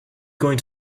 going